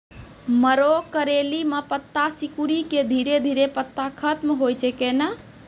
मरो करैली म पत्ता सिकुड़ी के धीरे धीरे पत्ता खत्म होय छै कैनै?